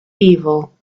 evil